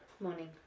Morning